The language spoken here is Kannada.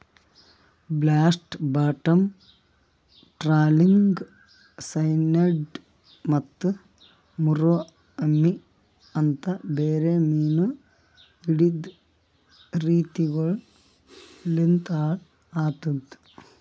ಬ್ಲಾಸ್ಟ್, ಬಾಟಮ್ ಟ್ರಾಲಿಂಗ್, ಸೈನೈಡ್ ಮತ್ತ ಮುರೋ ಅಮಿ ಅಂತ್ ಬೇರೆ ಮೀನು ಹಿಡೆದ್ ರೀತಿಗೊಳು ಲಿಂತ್ ಹಾಳ್ ಆತುದ್